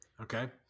Okay